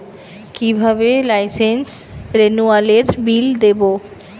কিভাবে লাইসেন্স রেনুয়ালের বিল দেবো?